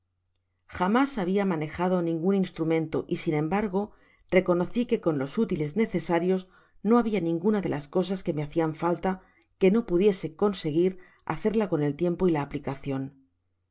jamás habia manejado ningun instrumento y sin embargo reconcu que con los útiles necesarios no habia ninguna de las cosas que me hacían falta rue no pudiese conseguir hacerla con el tiempo y la aplicacion